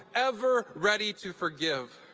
ever ready to forgive.